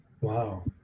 Wow